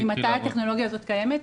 ממתי הטכנולוגיה הזאת קיימת?